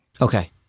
okay